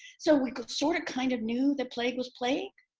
so, we sort of, kind of knew the plague was plague,